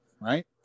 right